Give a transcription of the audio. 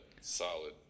solid